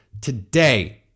today